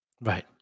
right